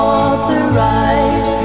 Authorized